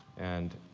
and